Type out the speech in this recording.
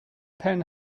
pen